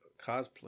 cosplay